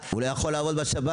הוא לא יכול לעבוד בשב"ן,